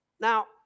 Now